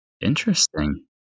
Interesting